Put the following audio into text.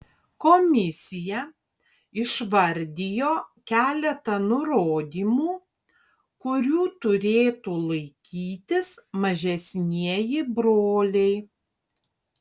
komisija išvardijo keletą nurodymų kurių turėtų laikytis mažesnieji broliai